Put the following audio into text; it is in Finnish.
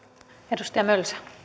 arvoisa rouva